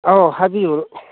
ꯑꯧ ꯍꯥꯏꯕꯤꯌꯨ